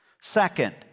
Second